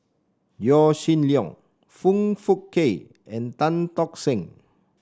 Yaw Shin Leong Foong Fook Kay and Tan Tock Seng